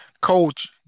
Coach